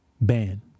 ban